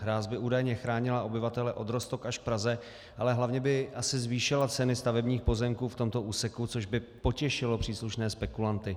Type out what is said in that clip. Hráz by údajně chránila obyvatele od Roztok až k Praze, ale hlavně by asi zvýšila ceny stavebních pozemků v tomto úseku, což by potěšilo příslušné spekulanty.